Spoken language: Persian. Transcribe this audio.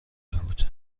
بود